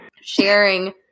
Sharing